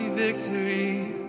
victory